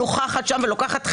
נוכחת שם ולוקחת חלק.